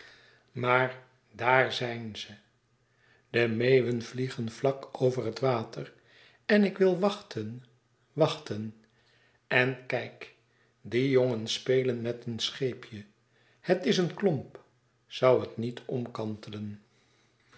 maar daar zijn ze de meeuwen vliegen vlak over het water en ik wil wachten wachten en kijk die jongens spelen met een scheepje het is een klomp zoû het niet omkantelen